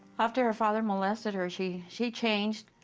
after her father molested her, she she changed.